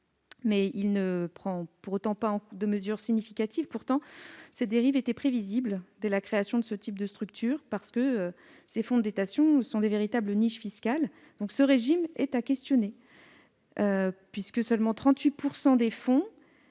9 ne comprend pour autant pas de mesures significatives. Pourtant, la dérive était prévisible dès la création de ce type de structure. Ces fonds de dotation sont des véritables niches fiscales. Ce régime est à questionner, puisque seulement 38 % des fonds